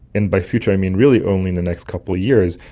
and by future i mean really only in the next couple of years,